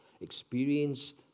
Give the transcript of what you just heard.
experienced